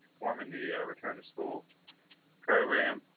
forming the return to school program.